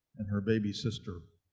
and her baby sister